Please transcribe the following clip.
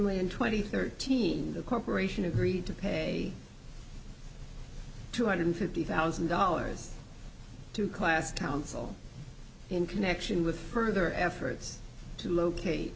in twenty thirteen the corporation agreed to pay two hundred fifty thousand dollars to class council in connection with further efforts to locate